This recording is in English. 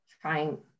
trying